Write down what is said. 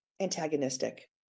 antagonistic